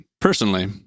personally